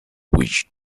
which